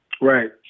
Right